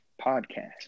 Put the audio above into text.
podcast